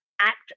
act